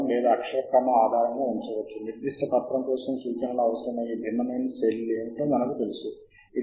మీరు ఏదైనా అంశాలపై డబుల్ క్లిక్ చేయవచ్చు మరియు తరువాత మీ స్వంత సూచన కోసం గమనికలను జోడించవచ్చు